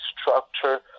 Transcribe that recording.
structure